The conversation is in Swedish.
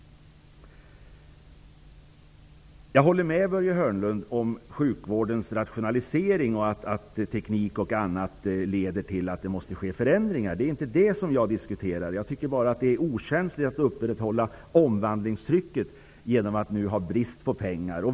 Jag håller med Börje Hörnlund när det gäller sjukvårdens rationalisering och att teknik m.m. leder till att det måste ske förändringar. Det är inte detta jag diskuterar. Jag tycker bara att det är okänsligt att upprätthålla omvandlingstrycket genom att det nu är brist på pengar.